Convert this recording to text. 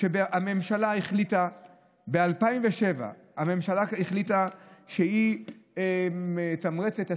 שהממשלה החליטה ב-2007 שהיא מתמרצת.